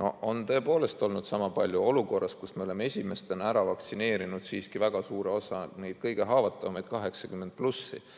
No on tõepoolest olnud sama palju olukorras, kus me oleme esimesena ära vaktsineerinud siiski väga suure osa neid kõige haavatavamaid, üle 80-aastaseid.